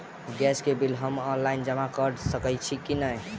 Gas केँ bill हम online जमा कऽ सकैत छी की नै?